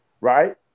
right